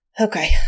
Okay